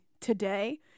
today